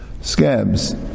scabs